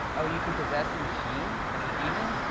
oh, you can possess a machine, as a demon?